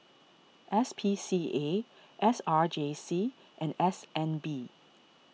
S P C A S R J C and S N B